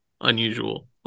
unusual